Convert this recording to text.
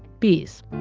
bees.